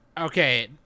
Okay